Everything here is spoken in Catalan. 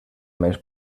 més